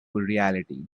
reality